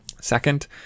Second